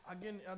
again